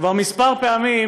כבר כמה פעמים,